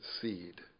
seed